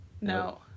No